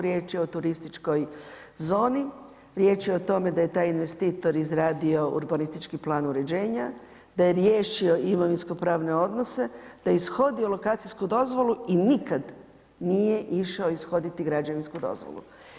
Riječ je o turističkoj zoni, riječ je o tome da je taj investitor izradio urbanistički plan uređenja, da je riješio imovinsko-pravne odnose, da je ishodio lokacijsku dozvolu i nikad nije išao ishoditi građevinsku dozvolu.